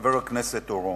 לחבר הכנסת אורון: